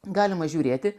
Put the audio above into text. galima žiūrėti